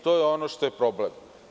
To je ono što je problem.